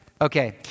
Okay